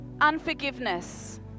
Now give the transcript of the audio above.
unforgiveness